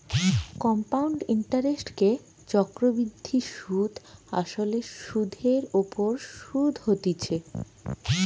compound ইন্টারেস্টকে চক্রবৃদ্ধি সুধ আসলে সুধের ওপর শুধ হতিছে